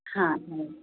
हां हां